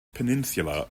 peninsula